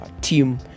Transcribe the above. team